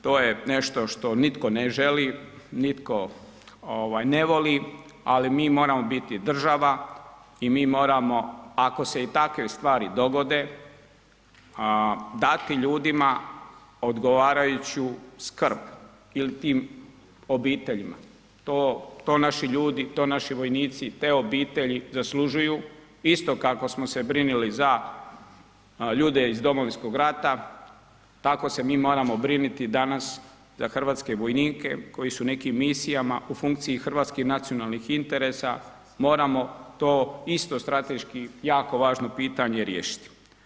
To je nešto što nitko ne želi, nitko ne voli ali mi moramo biti država i mi moramo, ako se i takve stvari dogode, a dati ljudima odgovarajuću skrb ili tim obiteljima, to naši ljudi, to naši vojnici, te obitelji zaslužuju isto kako smo se brinuli za ljude iz Domovinskog rata tako se mi moramo brinuti danas za hrvatske vojnike koji su u nekim misijama u funkciji hrvatskih nacionalnih interesa moramo to isto strateški jako važno pitanje riješiti.